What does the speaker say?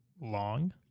Long